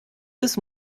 bis